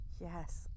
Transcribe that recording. yes